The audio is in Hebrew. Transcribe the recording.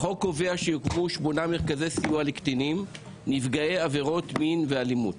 החוק קובע שיוקמו שמונה מרכזי סיוע לקטינים נפגעי עבירות מין ואלימות